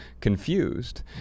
confused